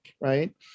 right